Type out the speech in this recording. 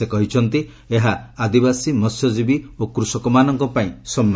ସେ କହିଛନ୍ତି ଏହା ଆଦିବାସୀ ମସ୍ୟଜୀବୀ ଓ କୃଷକମାନଙ୍କ ପାଇଁ ସମ୍ମାନ